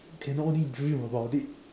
can only dream about it